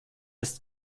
ist